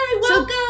welcome